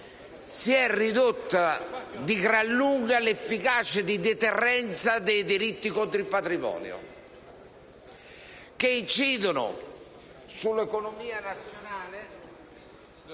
si è ridotta di gran lunga l'efficacia di deterrenza delle norme sui delitti contro il patrimonio che incidono sull'economia nazionale.